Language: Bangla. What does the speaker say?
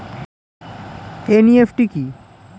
এন.ই.এফ.টি কি?